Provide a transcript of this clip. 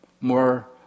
more